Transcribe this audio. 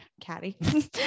caddy